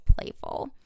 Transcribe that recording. playful